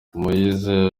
moise